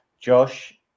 Josh